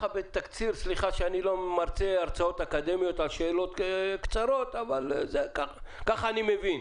סליחה שאני לא מרצה הרצאות אקדמיות על שאלות קצרות אבל ככה אני מבין.